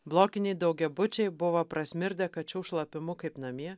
blokiniai daugiabučiai buvo prasmirdę kačių šlapimu kaip namie